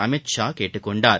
அமித் ஷா கேட்டுக் கொண்டார்